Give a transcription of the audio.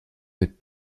mit